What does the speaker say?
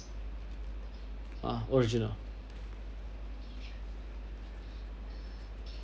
ah original